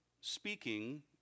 speaking